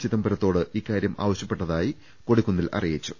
ചിദംബരത്തോട് ഇക്കാര്യം ആവശ്യപ്പെട്ടതായി കൊടിക്കു ന്നിൽ അറിയിച്ചു